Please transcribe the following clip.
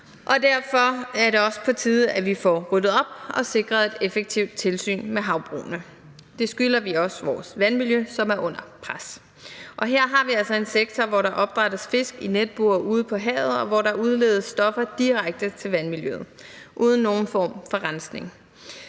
Derfor er det også på tide, at vi får ryddet op og sikret et effektivt tilsyn med havbrugene. Det skylder vi også vores vandmiljø, som er under pres, og her har vi altså en sektor, hvor der opdrættes fisk i netbure ude på havet, og hvor der udledes stoffer direkte til vandmiljøet uden nogen form for rensning.